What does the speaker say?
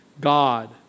God